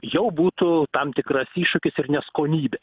jau būtų tam tikras iššūkis ir neskonybė